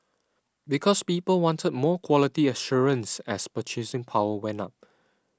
because people wanted more quality assurance as purchasing power went up